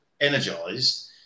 energized